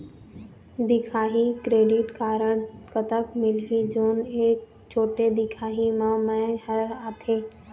दिखाही credit card कतक मिलही जोन एक छोटे दिखाही म मैं हर आथे?